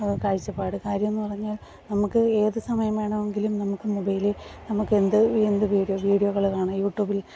കാഴ്ച്ചപ്പാട് കാര്യമെന്ന് പറഞ്ഞാൽ നമുക്ക് ഏതു സമയം വേണമെങ്കിലും നമുക്ക് മൊബൈലിൽ നമുക്കെന്ത് എന്ത് വീഡിയോ വീഡിയോകൾ കാണാം യൂട്യൂബിൽ